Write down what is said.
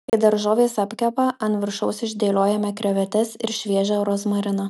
kai daržovės apkepa ant viršaus išdėliojame krevetes ir šviežią rozmariną